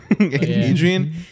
Adrian